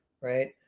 right